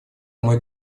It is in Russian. мой